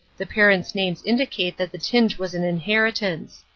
the parents' names indicate that the tinge was an inheritance.